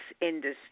industry